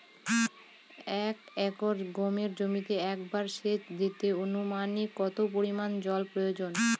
এক একর গমের জমিতে একবার শেচ দিতে অনুমানিক কত পরিমান জল প্রয়োজন?